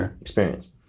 experience